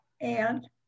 And-